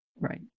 Right